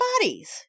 bodies